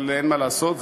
אבל אין מה לעשות,